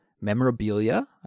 memorabilia